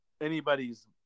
anybody's